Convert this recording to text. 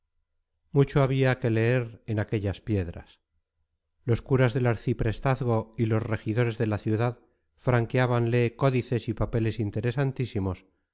mucho había que leer en aquellas piedras los curas del arciprestazgo y los regidores de la ciudad franqueábanle códices y papeles interesantísimos